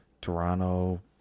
Toronto